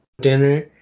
dinner